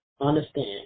understand